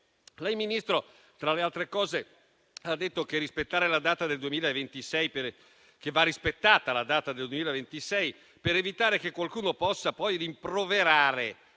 Lei, Ministro, tra le altre cose, ha detto che va rispettata la data del 2026, anche per evitare che qualcuno possa poi rimproverare